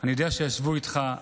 אני יודע שישבו איתך,